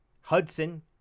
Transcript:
Hudson